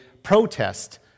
protest